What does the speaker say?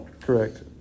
Correct